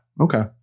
Okay